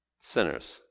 sinners